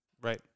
Right